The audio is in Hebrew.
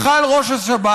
יכול היה ראש השב"כ